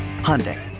Hyundai